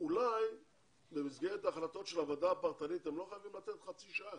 אולי במסגרת ההחלטות של הוועדה הפרטנית אתם לא חייבים לתת חצי שעה,